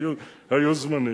היו זמנים.